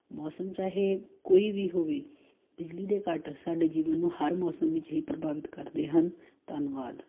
ਮੌਸਮ ਚਾਹੇ ਕੋਈ ਵੀ ਹੋਵੇ ਬਿਜਲੀ ਦੇ ਕੱਟ ਸਾਡੇ ਜੀਵਨ ਨੂੰ ਹਰ ਮੌਸਮ ਵਿੱਚ ਹੀ ਪ੍ਰਭਾਵਿਤ ਕਰਦੇ ਹਨ ਧੰਨਵਾਦ